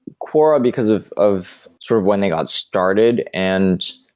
quora, because of of sort of when they got started and,